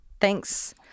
thanks